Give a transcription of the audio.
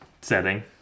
setting